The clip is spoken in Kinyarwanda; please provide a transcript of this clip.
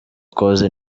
koze